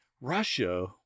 Russia